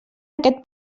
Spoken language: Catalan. aquest